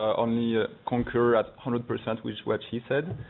on year conqueror hundred-percent which which he fed